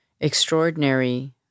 extraordinary